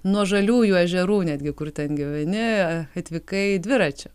nuo žaliųjų ežerų netgi kur ten gyveni atvykai dviračiu